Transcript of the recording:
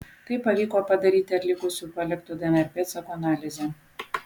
tai pavyko padaryti atlikus jų paliktų dnr pėdsakų analizę